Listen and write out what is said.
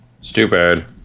Stupid